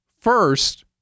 First